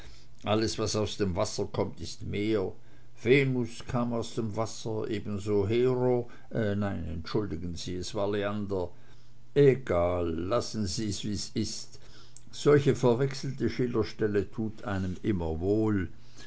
alles was aus dem wasser kommt ist mehr venus kam aus dem wasser ebenso hero nein nein entschuldigen sie es war leander egal lassen sie's wie's ist solche verwechselte schillerstelle tut einem immer wohl